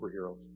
superheroes